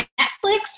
Netflix